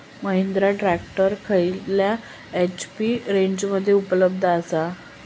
Mahindra tractor खयल्या HP रेंजमध्ये उपलब्ध आसा?